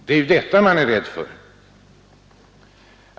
Det är detta man är rädd för.